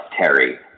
Terry